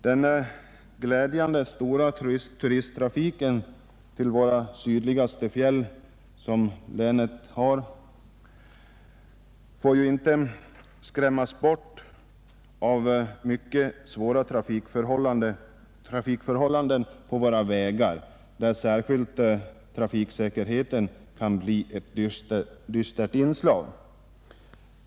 Den glädjande stora turisttrafiken till vårt lands sydligaste fjäll som finns i länet får ju inte skrämmas bort av mycket svåra förhållanden på våra vägar, där särskilt osäkerheten i trafiken kan bli ett dystert inslag.